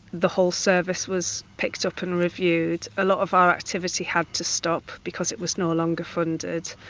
the whole service was picked up and reviewed. a lot of our activity had to stop because it was no longer funded.